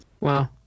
Wow